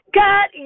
got